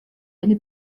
eine